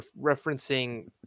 referencing